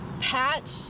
patch